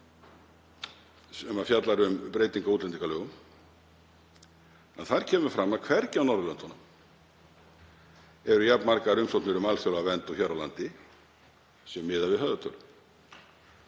sem fjallað er um breytingu á útlendingalögum. Þar kemur fram að hvergi á Norðurlöndunum eru jafn margar umsóknir um alþjóðlega vernd og hér á landi sé miðað við höfðatölu.